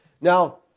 Now